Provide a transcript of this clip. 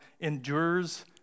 endures